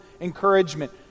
encouragement